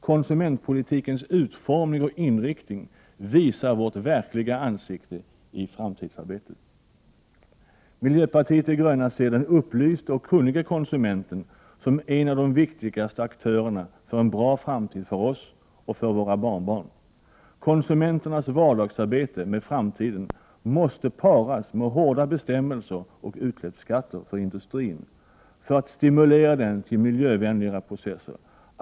Konsumentpolitikens utformning och inriktning visar vårt verkliga ansikte i framtidsarbetet. Miljöpartiet de gröna ser den upplyste och kunnige konsumenten som en av de viktigaste aktörerna för en bra framtid för oss och för våra barnbarn. Konsumenternas vardagsarbete med framtiden måste paras med hårda bestämmelser och utsläppsskatter för industrin för att stimulera den till miljövänligare processer.